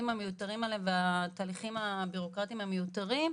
המיותרים האלה והתהליכים הבירוקרטיים המיותרים,